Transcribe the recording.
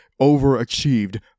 Overachieved